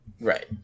Right